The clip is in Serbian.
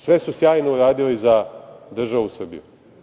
Sve su sjajno uradili za državu Srbiju.